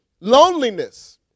loneliness